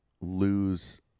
lose